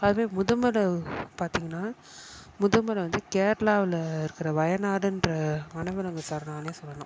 அதே முதுமலை பார்த்தீங்கனா முதுமலை வந்து கேரளாவில் இருக்கிற வயநாடுன்ற வனவிலங்கு சரணாலயம் சொல்லலாம்